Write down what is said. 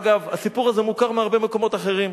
אגב, הסיפור הזה מוכר מהרבה מקומות אחרים,